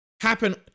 happen